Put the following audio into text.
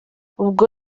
ubwo